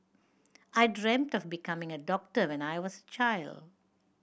I dreamt of becoming a doctor when I was a child